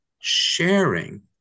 sharing